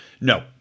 No